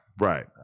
Right